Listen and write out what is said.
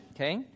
okay